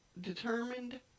determined